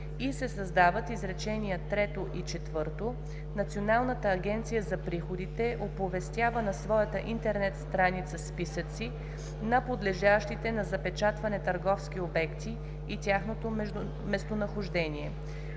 и се създават изречения трето и четвърто: „Националната агенция за приходите оповестява на своята интернет страница списъци на подлежащите на запечатване търговски обекти и тяхното местонахождение.